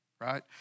right